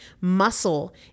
Muscle